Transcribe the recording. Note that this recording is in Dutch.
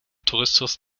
toeristisch